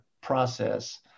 process